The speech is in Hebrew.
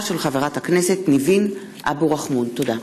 תודה.